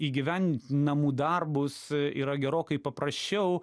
įgyvendinti namų darbus yra gerokai paprasčiau